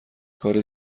کار